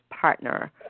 partner